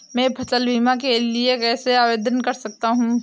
मैं फसल बीमा के लिए कैसे आवेदन कर सकता हूँ?